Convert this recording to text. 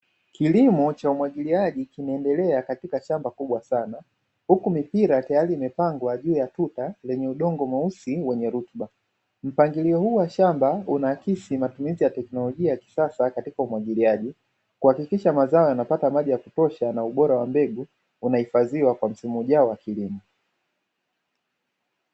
Kilimo cha umwagiliaji kinaendelea katika shamba kubwa sana, huku mipira tayari imepangwa juu ya tuta lenye udongo mweusi wenye rutuba, mpangilio huu wa shamba unaakisi matumizi ya teknolojia ya kisasa katika umwagiliaji kuhakikisha mazao yanapata maji ya kutosha na ubora wa mbegu unahifadhiwa kwa msimu ujao wa kilimo.